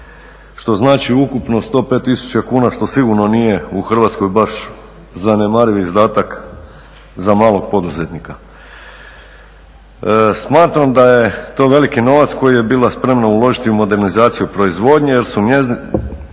Što znači ukupno 105 tisuća kuna što sigurno nije u Hrvatskoj baš zanemariv izdatak za malog poduzetnika. Smatram da je to veliki novac koji je bila spremna uložiti u modernizaciju proizvodnje jer su naši